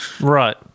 right